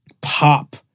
pop